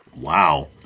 Wow